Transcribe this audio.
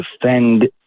defend